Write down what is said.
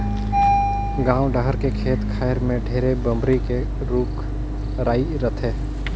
गाँव डहर के खेत खायर में ढेरे बमरी के रूख राई रथे